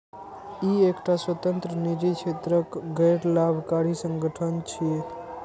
ई एकटा स्वतंत्र, निजी क्षेत्रक गैर लाभकारी संगठन छियै